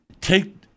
take